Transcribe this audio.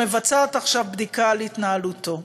שמבצעת עכשיו בדיקה על התנהלותו.